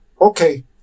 okay